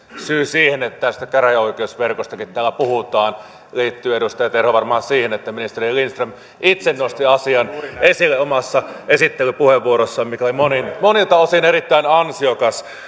syy siihen että tästä käräjäoikeusverkostakin täällä puhutaan liittyy edustaja terho varmaan siihen että ministeri lindström itse nosti asian esille omassa esittelypuheenvuorossaan joka oli monilta osin erittäin ansiokas